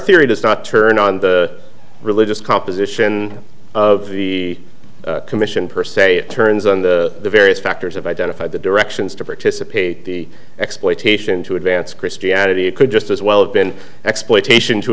theory does not turn on the religious composition of the commission per se it turns on the various factors have identified the directions to participate the exploitation to advance christianity it could just as well have been exploitation to